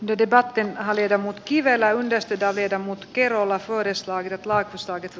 di debatti rahaliiton muut kiireellä jos pitää viedä mut kerola suoristaa kädet laitostaitettu